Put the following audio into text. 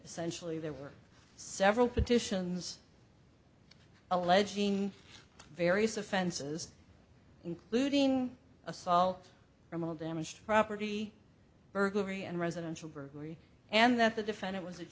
essentially there were several petitions alleging various offenses including assault from a damaged property burglary and residential burglary and that the defendant